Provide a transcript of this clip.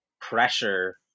pressure